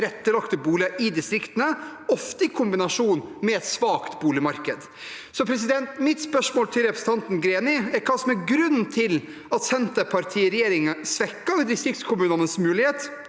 tilrettelagte boliger i distriktene, ofte i kombinasjon med et svakt boligmarked. Mitt spørsmål til representanten Greni er hva som er grunnen til at Senterpartiet i regjering svekker distriktskommunenes mulighet